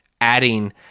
adding